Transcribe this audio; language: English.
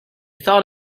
thought